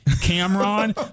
Cameron